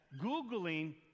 Googling